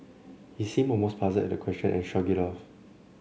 he seemed almost puzzled at the question and shrugged it off